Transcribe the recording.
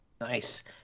Nice